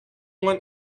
want